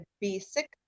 basic